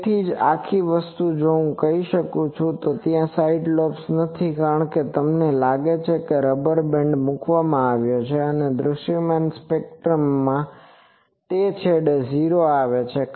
તેથી જ આ આખી વસ્તુ જો હું કરી શકું છું તો ત્યાં કોઈ સાઇડ લોબ્સ નથી કારણ કે તમને લાગે છે કે રબર બેન્ડ મૂકવામાં આવ્યો છે અને દૃશ્યમાન સ્પેક્ટ્રમના તે છેડે 0 આવે છે